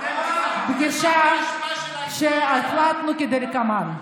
פגישה שבה החלטנו כדלקמן: